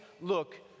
look